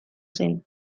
zen